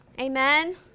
Amen